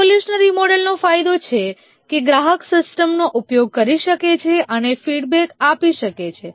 evolutionary મોડેલનો ફાયદો છે કે ગ્રાહક સિસ્ટમનો ઉપયોગ કરી શકે છે અને ફીડબેક આપી શકે છે